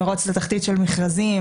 מרוץ לתחתית של מכרזים,